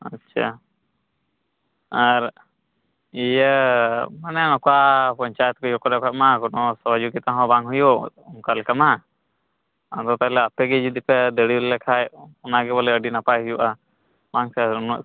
ᱟᱪᱪᱷᱟ ᱟᱨ ᱤᱭᱟᱹ ᱢᱟᱱᱮ ᱚᱱᱠᱟ ᱯᱚᱧᱪᱟᱭᱮᱛ ᱵᱤᱰᱤᱳ ᱠᱚᱨᱮᱫ ᱠᱷᱚᱱ ᱢᱟ ᱠᱳᱱᱳ ᱥᱚᱦᱚᱡᱳᱜᱤᱛᱟ ᱦᱚᱸ ᱵᱟᱝ ᱦᱩᱭᱩᱜ ᱚᱱᱠᱟ ᱞᱮᱠᱟ ᱢᱟ ᱟᱫᱚ ᱛᱟᱦᱞᱮ ᱟᱯᱮ ᱜᱮ ᱡᱩᱫᱤ ᱯᱮ ᱫᱟᱹᱲ ᱟᱞᱮᱠᱷᱟᱱ ᱚᱱᱟᱜᱮ ᱵᱚᱞᱮ ᱟᱹᱰᱤ ᱱᱟᱯᱟᱭ ᱦᱩᱭᱩᱜᱼᱟ ᱵᱟᱝ ᱥᱮ ᱩᱱᱟᱹᱜ